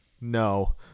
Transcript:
no